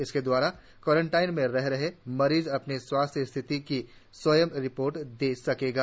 इसके द्वारा क्वारंटीन में रह रहे मरीज अपने स्वास्थ्य स्थिति की स्वंय रिपोर्ट दे सकेंगे